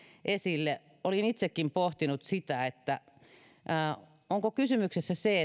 esille olin itsekin pohtinut sitä onko kysymyksessä se